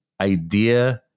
idea